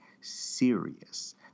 serious